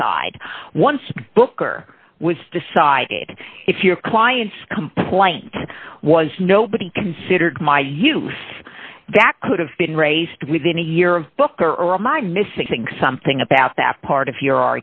aside once booker was decided if your client's complaint was nobody considered my youth that could have been raised within a year of book or all my missing something about that part of your